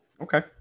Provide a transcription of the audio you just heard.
okay